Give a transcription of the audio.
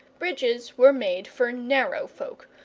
bridges were made for narrow folk,